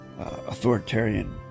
authoritarian